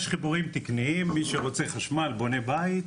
יש חיבורים תקניים, מי שרוצה חשמל בונה בית,